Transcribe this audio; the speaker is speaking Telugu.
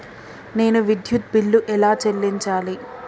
నేను విద్యుత్ బిల్లు ఎలా చెల్లించాలి?